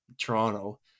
Toronto